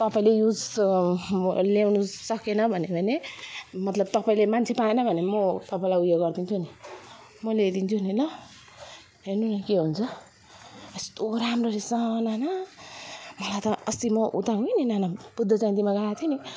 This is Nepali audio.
अन्त गर्नु तपाईँले युज ल्याउन सकेन भन्यो भने मतलब तपाईँले मान्छे पाएन भने म तपाईँलाई ऊ यो गर्छु नि म ल्याइदिन्छु नि ल हेर्नू न के हुन्छ यस्तो राम्रो रहेछ नाना अस्ति म उता गएँ नि नाना बुद्ध जयन्तीमा गएको थिएँ नि